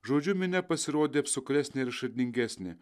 žodžiu minia pasirodė apsukresnė ir išradingesnė